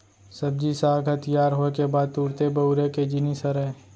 सब्जी साग ह तियार होए के बाद तुरते बउरे के जिनिस हरय